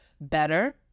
better